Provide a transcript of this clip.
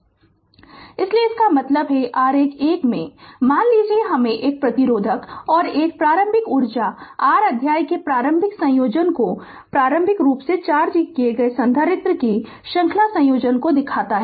Refer Slide Time 0408 इसलिए इसका मतलब है आरेख 1 में मान लीजिए कि यह हमें एक प्रतिरोधक और एक प्रारंभिक ऊर्जा r अध्याय के प्रारंभिक संयोजन को प्रारंभिक रूप से चार्ज किए गए संधारित्र के श्रृंखला संयोजन को दिखाता है